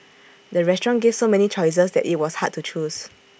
the restaurant gave so many choices that IT was hard to choose